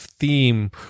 theme